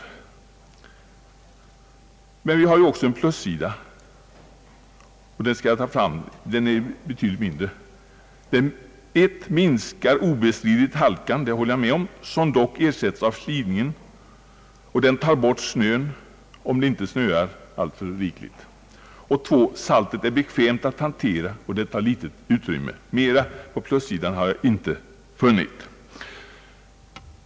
Naturligtvis finns också en plussida, men den är betydligt mindre: 1) Saltet minskar obestridligt halkan, som dock ersättes av slirningen, och det tar bort snön, om det inte snöar alltför rikligt. 2) Saltet är bekvämt att hantera och tar litet utrymme. Mera på plussidan har jag inte funnit.